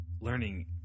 learning